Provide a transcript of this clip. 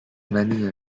many